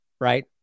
right